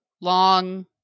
long